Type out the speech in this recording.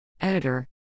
Editor